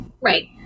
right